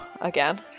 again